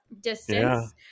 distance